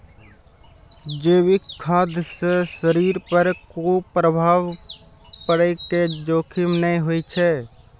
जैविक खाद्य सं शरीर पर कुप्रभाव पड़ै के जोखिम नै होइ छै